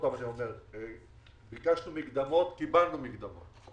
ביקשנו מקדמות, קיבלנו מקדמות.